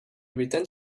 returned